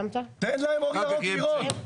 תן להם אור ירוק לירות.